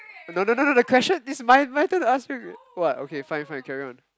no no no no the question is my my turn to ask you what okay fine fine carry on